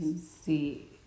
See